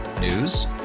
News